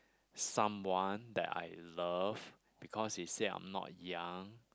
someone that I love because he said I'm not young